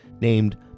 named